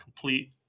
complete